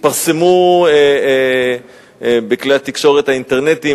התפרסמו בכלי התקשורת האינטרנטיים,